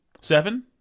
seven